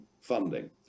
funding